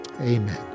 amen